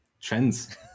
trends